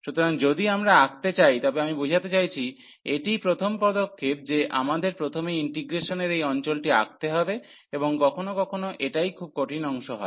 সুতরাং যদি আমরা আঁকতে চাই তবে আমি বোঝাতে চাইছি এটিই প্রথম পদক্ষেপ যে আমাদের প্রথমে ইন্টিগ্রেশনের এই অঞ্চলটি আঁকতে হবে এবং কখনও কখনও এটাই খুব কঠিন অংশ হয়